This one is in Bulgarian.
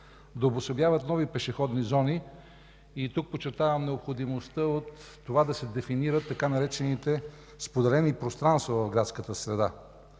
да обособяват нови пешеходни зони. Тук подчертавам необходимостта от това да се дефинират така наречените „споделени пространства” в градската среда;